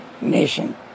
nation